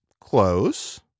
close